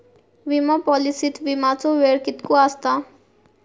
विमा पॉलिसीत विमाचो वेळ कीतको आसता?